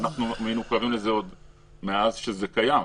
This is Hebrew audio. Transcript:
אנחנו מחויבים לזה מאז שזה קיים,